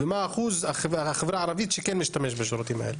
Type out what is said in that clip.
ומה אחוז החברה הערבית שכן משתמשת בשירותים האלה?